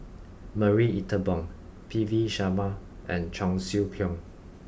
Marie Ethel Bong P V Sharma and Cheong Siew Keong